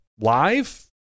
live